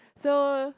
so